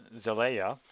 Zelaya